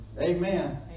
Amen